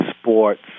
sports